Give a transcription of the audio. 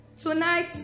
tonight